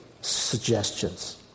suggestions